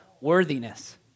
worthiness